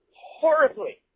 horribly